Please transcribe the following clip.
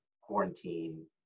quarantine